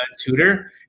Tutor